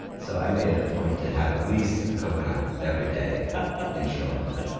so i made it a point to have at least a coconut every day ah in sri lanka.